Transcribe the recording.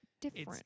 different